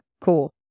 Cool